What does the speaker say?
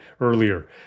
earlier